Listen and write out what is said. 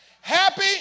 happy